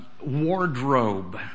Wardrobe